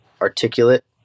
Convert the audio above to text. articulate